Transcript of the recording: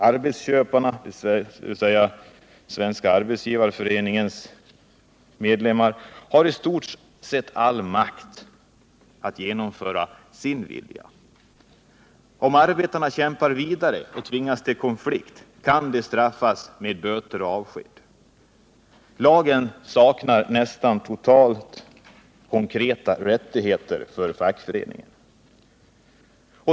Arbetsköparna, dvs. Svenska arbetsgivareföreningens medlemmar, har i stort sett all makt att genomföra sin vilja. Om arbetarna kämpar vidare och tvingas till konflikt kan de straffas med böter och avsked. I lagen saknas nästan helt konkreta rättigheter för fackföreningen.